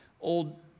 Old